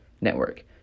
Network